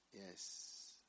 Yes